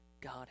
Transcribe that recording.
God